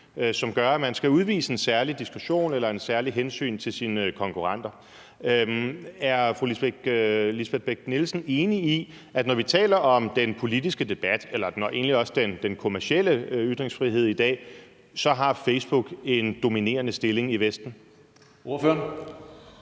som gør, at man skal udvise en særlig diskretion eller et særligt hensyn til sine konkurrenter. Er fru Lisbeth Bech-Nielsen enig i, at når vi taler om den politiske debat og egentlig også den kommercielle ytringsfrihed i dag, har Facebook en dominerende stilling i Vesten? Kl.